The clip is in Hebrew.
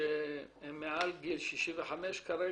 שהם מעל גיל 65 כרגע,